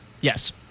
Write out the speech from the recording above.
Yes